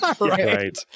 Right